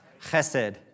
Chesed